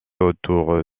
autour